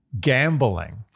gambling